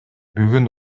бүгүн